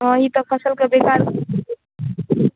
हँ